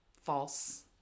false